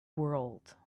world